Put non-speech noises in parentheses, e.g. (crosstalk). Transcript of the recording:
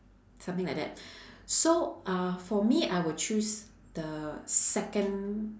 something like that (breath) so uh for me I will choose the second